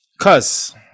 Cuz